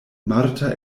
marta